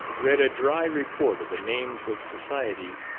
read a dry report of the names of societies,